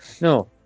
No